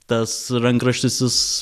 tas rankraštis jis